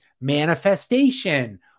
manifestation